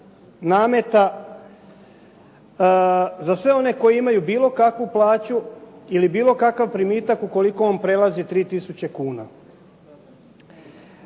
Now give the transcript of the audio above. nameta za sve one koji imaju bilo kakvu plaću ili bilo kakav primitak ukoliko on prelazi 3 tisuće kuna.